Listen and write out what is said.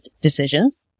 decisions